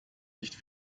nicht